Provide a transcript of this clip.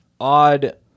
odd